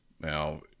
Now